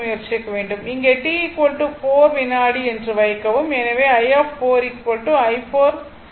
இங்கே t 4 வினாடி என்று வைக்கவும்